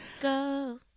Go